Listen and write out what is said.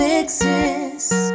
exist